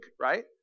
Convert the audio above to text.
right